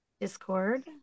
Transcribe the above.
discord